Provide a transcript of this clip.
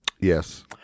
Yes